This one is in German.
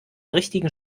richtigen